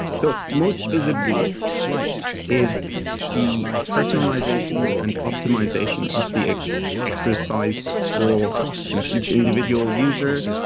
so most visibly is the personalization and optimization of the exercise for kind of each individual user,